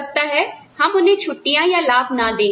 हो सकता है हम उन्हें छुट्टियाँ या लाभ ना दे